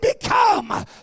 become